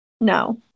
No